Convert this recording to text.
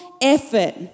Effort